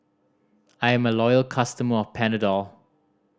I am a loyal customer of Panadol